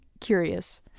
curious